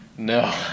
No